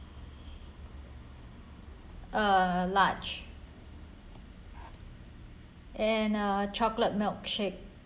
uh large and a chocolate milkshake